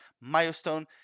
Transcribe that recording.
milestone